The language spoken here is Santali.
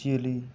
ᱡᱤᱭᱟᱹᱞᱤ